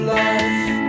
life